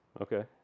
Okay